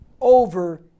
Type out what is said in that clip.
over